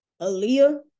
Aaliyah